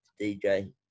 DJ